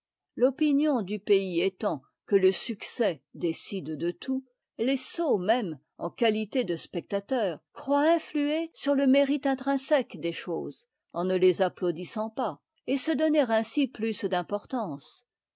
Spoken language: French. l'opinion du pays étant que le succès décide de tout les sots mêmes en qualité de spectateurs croient influer sur le mérite intrinsèque des choses en ne les applaudissant pas et se donner ainsi plus d'importance